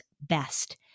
best